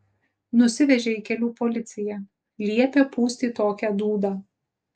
nusivežė į kelių policiją liepė pūsti tokią dūdą